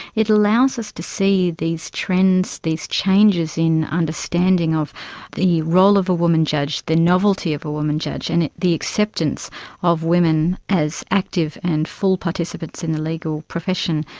it allows us to see these trends, these changes in understanding of the role of a woman judge, the novelty of a woman judge, and the acceptance of women as active and full participants in the legal profession.